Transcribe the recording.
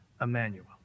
Emmanuel